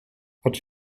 hat